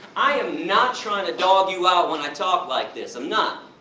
i am not trying to dog you out when i talk like this, i'm not!